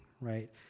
right